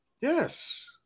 Yes